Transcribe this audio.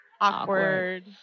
awkward